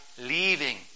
leaving